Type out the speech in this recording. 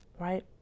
right